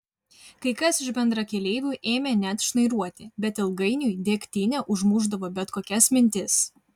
kai kas iš bendrakeleivių ėmė net šnairuoti bet ilgainiui degtinė užmušdavo bet kokias mintis